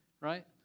right